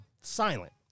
silent